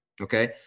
okay